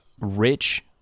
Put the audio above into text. rich